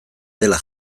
dela